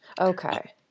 Okay